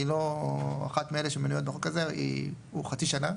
לא אחת מאלה שמנויות בחוק הזה הוא חצי שנה,